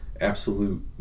absolute